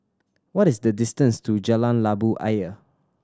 what is the distance to Jalan Labu Ayer